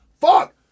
Fuck